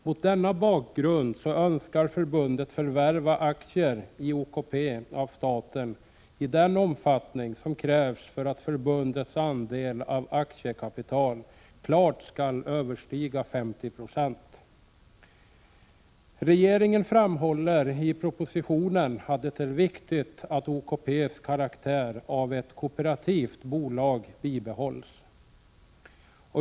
Mot denna bakgrund önskar förbundet förvärva aktier i OKP av staten i den omfattning som krävs för att förbundets andel av aktiekapitalet klart skall överstiga 50 96. Regeringen framhåller i propositionen att det är viktigt att OKP:s karaktär av ett kooperativt bolag bibehålls.